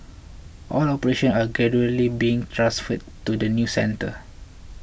all operations are gradually being transferred to the new centre